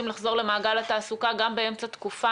לחזור למעגל התעסוקה גם באמצע תקופה.